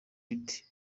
bite